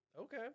Okay